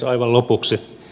aivan lopuksi